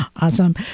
Awesome